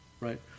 Right